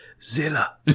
Zilla